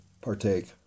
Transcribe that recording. partake